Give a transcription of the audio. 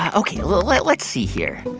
ah ok. let's see here.